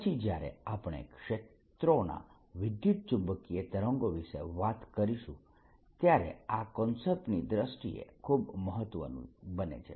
પછી જ્યારે આપણે ક્ષેત્રોના વિદ્યુતચુંબકીય તરંગો વિશે વાત કરીશું ત્યારે આ કન્સેપ્ટની દ્રષ્ટિએ ખૂબ મહત્વનું બને છે